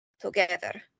together